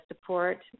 support